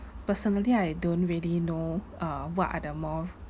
personally I don't really know uh what are the more